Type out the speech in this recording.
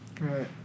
right